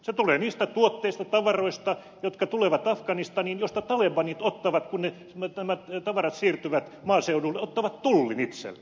se tulee niistä tuotteista tavaroista jotka tulevat afganistaniin josta talibanit ottavat kun nämä tavarat siirtyvät maaseudulle tullin itselleen